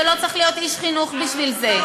ולא צריך להיות איש חינוך בשביל זה.